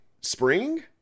spring